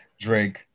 Drake